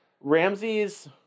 Ramsey's